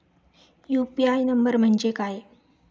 UPI number म्हणजे काय?